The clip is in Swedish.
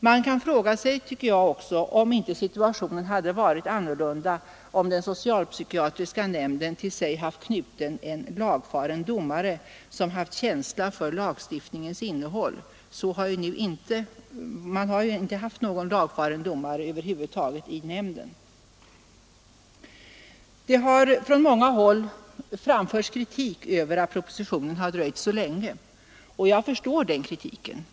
Man kan fråga sig om inte situationen hade varit annorlunda om den socialpsykiatriska nämnden till sig haft knuten en lagfaren domare med känsla för lagstiftningens innehåll. Nu har man över huvud taget inte haft någon lagfaren domare i nämnden. Det har från många håll framförts kritik över att propositionen har dröjt så länge. Jag förstår den kritiken.